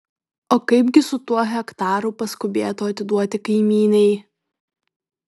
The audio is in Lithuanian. o kaipgi su tuo hektaru paskubėtu atiduoti kaimynei